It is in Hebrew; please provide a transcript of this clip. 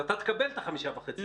אתה תקבל את ה-5.5%.